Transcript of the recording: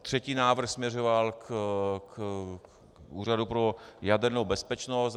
Třetí návrh směřoval k Úřadu pro jadernou bezpečnost.